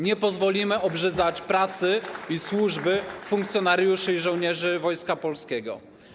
Nie pozwolimy obrzydzać pracy i służby funkcjonariuszy i żołnierzy Wojska Polskiego.